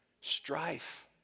Strife